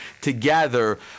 together